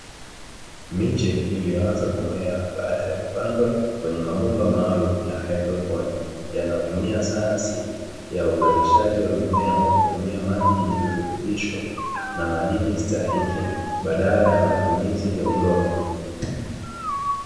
Miche iliyoanza kumea baada ya kupandwa kwenye mabomba maalumu ya haidroponi, yanayotumia sayansi ya uzalishaji wa mimea kwa kutumia maji yenye virutubisho, na madini stahiki badala ya matumizi ya udongo.